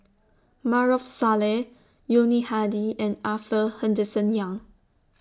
Maarof Salleh Yuni Hadi and Arthur Henderson Young